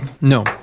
No